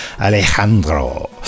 Alejandro